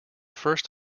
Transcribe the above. first